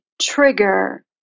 trigger